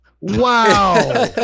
Wow